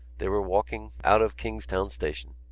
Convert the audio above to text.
they were walking out of kingstown station.